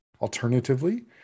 Alternatively